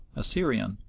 a syrian,